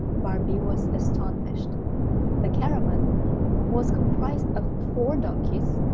barby was astonished the caravan was comprised of four donkeys,